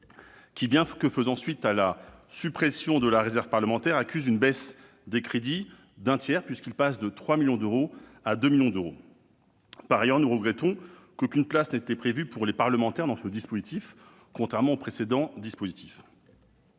Bien que faisant suite à la suppression de la réserve parlementaire, celui-ci accuse une baisse d'un tiers des crédits consacrés, passant de 3 millions à 2 millions d'euros. Par ailleurs, nous regrettons qu'aucune place n'ait été prévue pour les parlementaires dans ce dispositif, contrairement au précédent. Très bien